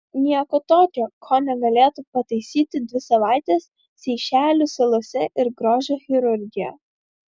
nieko tokio ko negalėtų pataisyti dvi savaitės seišelių salose ir grožio chirurgija